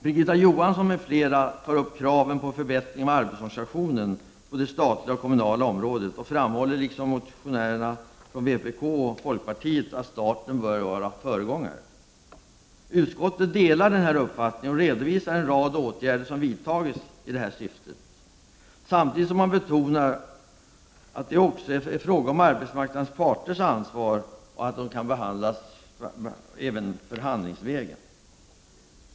Birgitta Johansson m.fl. tar upp kraven på förbättringar av arbetsorganisationen på det statliga och kommunala området och framhåller liksom motionärerna från vpk och folkpartiet att staten bör vara föregångare. Utskottet delar denna uppfattning och redovisar en rad åtgärder som vidtagits i detta syfte, samtidigt som man betonar att det också är fråga om arbetsmarknadens parters ansvar och att frågorna kan behandlas förhandlingsvägen.